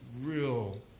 real